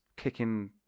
kicking